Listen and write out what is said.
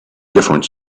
different